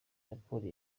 raporo